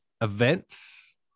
events